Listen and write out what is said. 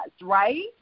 right